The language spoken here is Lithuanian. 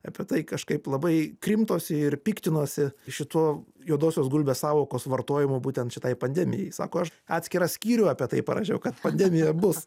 apie tai kažkaip labai krimtosi ir piktinosi šituo juodosios gulbės sąvokos vartojimu būtent šitai pandemijai sako aš atskirą skyrių apie tai parašiau kad pandemija bus